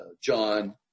John